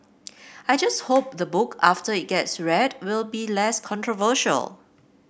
I just hope the book after it gets read will be less controversial